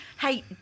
Hey